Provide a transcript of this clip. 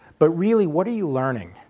but really what are you learning?